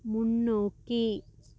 முன்னோக்கி